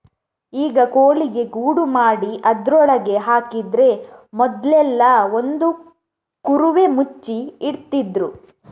ಈಗ ಕೋಳಿಗೆ ಗೂಡು ಮಾಡಿ ಅದ್ರೊಳಗೆ ಹಾಕಿದ್ರೆ ಮೊದ್ಲೆಲ್ಲಾ ಒಂದು ಕುರುವೆ ಮುಚ್ಚಿ ಇಡ್ತಿದ್ರು